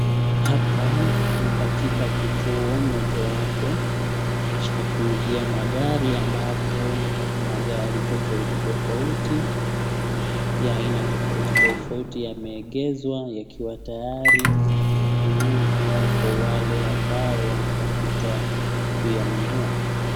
Hapa ni katika kituo mojawapo cha kuzia magari ambapo magari tofauti tofauti ya aina tofauti tofauti, yameegezwa yakiwa tayari kuuzwa kwa wale ambao wanataka kuyanunua.